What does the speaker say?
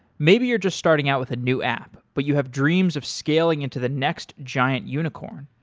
maybe you're just starting out with a new app, but you have dreams of scaling into the next giant unicorn.